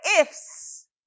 ifs